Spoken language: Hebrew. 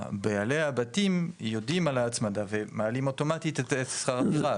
בעלי הבתים יודעים על ההצמדה ומעלים אוטומטית את שכר הדירה,